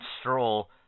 stroll